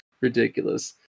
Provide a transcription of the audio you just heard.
ridiculous